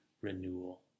renewal